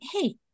Hey